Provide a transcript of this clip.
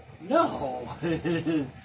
No